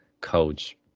coach